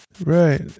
right